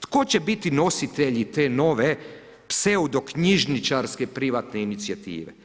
Tko će biti nositelji te nove pseudo knjižničarske privatne inicijative?